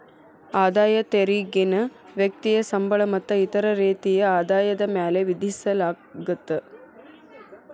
ಆದಾಯ ತೆರಿಗೆನ ವ್ಯಕ್ತಿಯ ಸಂಬಳ ಮತ್ತ ಇತರ ರೇತಿಯ ಆದಾಯದ ಮ್ಯಾಲೆ ವಿಧಿಸಲಾಗತ್ತ